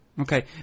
Okay